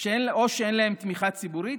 או שאין להם תמיכה ציבורית,